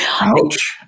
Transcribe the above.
Ouch